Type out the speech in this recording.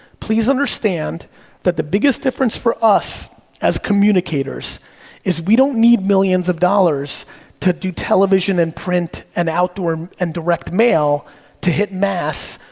please understand that the biggest difference for us as communicators is we don't need millions of dollars to do television and print and outdoor and direct mail to hit mass,